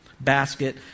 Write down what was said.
basket